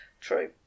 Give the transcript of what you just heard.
True